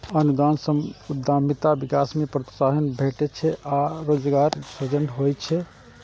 अनुदान सं उद्यमिता विकास कें प्रोत्साहन भेटै छै आ रोजगारक सृजन होइ छै